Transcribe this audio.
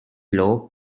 low